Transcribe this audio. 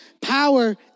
power